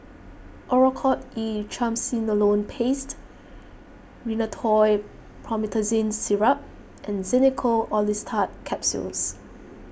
Oracort E Triamcinolone Paste Rhinathiol Promethazine Syrup and Xenical Orlistat Capsules